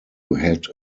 had